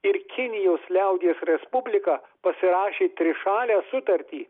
ir kinijos liaudies respublika pasirašė trišalę sutartį